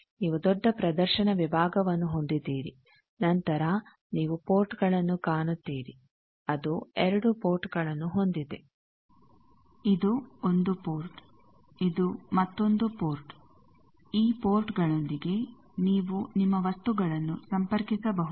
ನೀವು ದೊಡ್ಡ ಪ್ರದರ್ಶನ ವಿಭಾಗವನ್ನು ಹೊಂದಿದ್ದೀರಿ ನಂತರ ನೀವು ಪೋರ್ಟ್ಗಳನ್ನು ಕಾಣುತ್ತೀರಿ ಅದು 2 ಪೋರ್ಟ್ಗಳನ್ನು ಹೊಂದಿದೆ ಇದು 1 ಪೋರ್ಟ್ ಇದು ಮತ್ತೊಂದು ಪೋರ್ಟ್ ಈ ಪೋರ್ಟ್ಗಳೊಂದಿಗೆ ನೀವು ನಿಮ್ಮ ವಸ್ತುಗಳನ್ನು ಸಂಪರ್ಕಿಸಬಹುದು